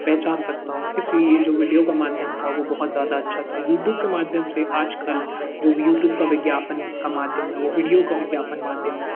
पहचान सकता हूँ इस लिए ये जो विडियो का माध्यम था वो बहुत ज़्यादा अच्छा था यूटूब के माध्यम से आज कल जो यूटूब का विज्ञापन का माध्यम है वो विडियो का विज्ञापन माध्यम है